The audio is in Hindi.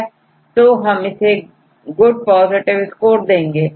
तो हम इसे गुड पॉजिटिव स्कोरदेंगे